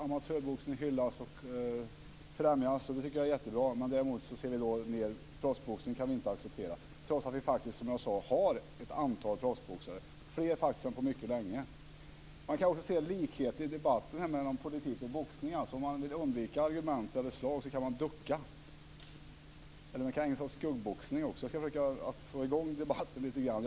Amatörboxningen hyllas och främjas, och det är jättebra, men däremot accepteras inte proffsboxningen, trots att vi, som jag sagt, har ett antal proffsboxare, faktiskt fler än på mycket länge. Man kan i debatten också se likheter mellan politik och boxning. Om man vill undvika argument eller slag kan man ducka. Det kan också vara fråga om skuggboxning. Jag ska försöka få i gång debatten lite grann.